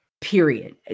period